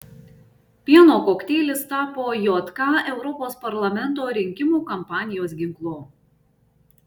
pieno kokteilis tapo jk europos parlamento rinkimų kampanijos ginklu